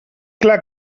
clar